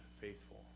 faithful